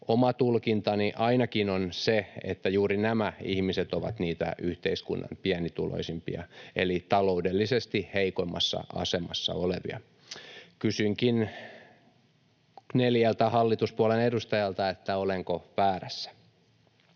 Oma tulkintani ainakin on se, että juuri nämä ihmiset ovat niitä yhteiskunnan pienituloisimpia eli taloudellisesti heikoimmassa asemassa olevia. Kysynkin neljältä hallituspuolueen edustajalta: olenko väärässä?